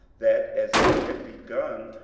that as he had begun,